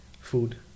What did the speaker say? Food